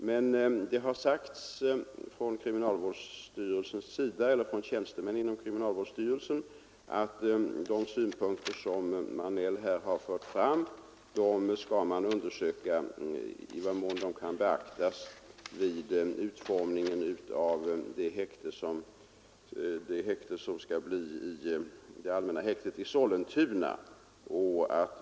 Men det har sagts av tjänstemän inom kriminalvårdsstyrelsen att man skall undersöka i vad mån de synpunkter som Marnell här har fört fram kan beaktas vid utformningen av det allmänna häktet i Sollentuna.